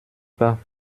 pas